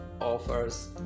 offers